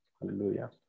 Hallelujah